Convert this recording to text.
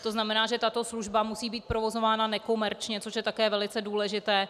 To znamená, že tato služba musí být provozována nekomerčně, což je také velice důležité.